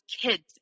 kids